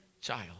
child